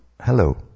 Hello